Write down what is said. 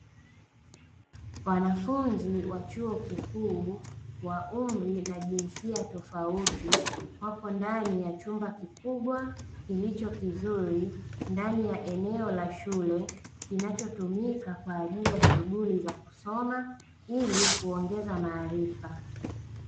Wanafunzi wa chuo kikuu wa umri na jinsia tofauti wapo ndani ya chumba kikubwa kilicho kizuri, ndani ya eneo la shule kinachotumika kwaajili ya shughuli za kusoma ili kuongeza maarifa.